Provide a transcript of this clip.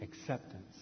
Acceptance